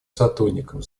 сотрудникам